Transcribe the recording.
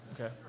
Okay